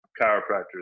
chiropractors